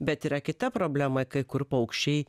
bet yra kita problema kai kur paukščiai